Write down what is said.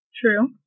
True